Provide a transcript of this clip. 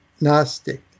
Gnostic